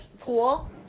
cool